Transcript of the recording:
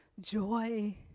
joy